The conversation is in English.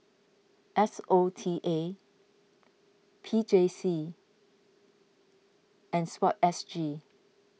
S O T A P J C and Sport S G